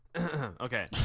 Okay